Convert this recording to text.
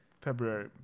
February